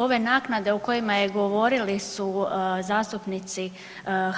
Ove naknade o kojima govorili su zastupnici